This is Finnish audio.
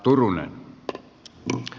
arvoisa puhemies